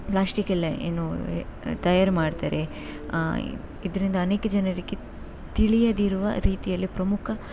plastic ಎಲ್ಲ ಏನು ತಯಾರು ಮಾಡ್ತಾರೆ ಇದರಿಂದ ಅನೇಕ ಜನರಿಗೆ ತಿಳಿಯದಿರುವ ರೀತಿಯಲ್ಲಿ ಪ್ರಮುಖ